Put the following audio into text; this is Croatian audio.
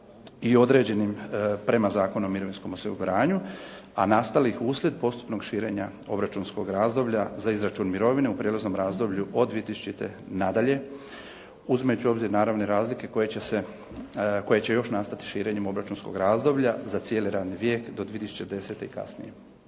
i određenim prema Zakonu o mirovinskom osiguranju a nastalih uslijed postupnog širenja obračunskog razdoblja za izračun mirovine u prijelaznom razdoblju od 2000. nadalje uzimajući u obzir naravno i razlike koje će još nastati širenjem obračunskog razdoblja za cijeli radni vijek do 2010. i kasnije.